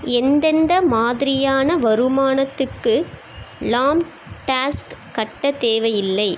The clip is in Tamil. எந்தெந்த மாதிரியான வருமானத்துக்குலாம் டேஸ்க் கட்ட தேவையில்லை